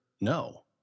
No